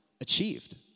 achieved